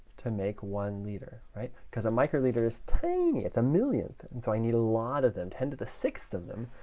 to make one liter, right? because a microliter is tiny. it's a millionth. and so i need a lot of them, ten to the six of them,